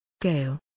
Gale